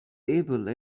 able